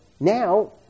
now